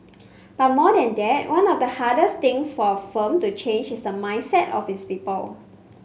but more than that one of the hardest things for a firm to change is the mindset of its people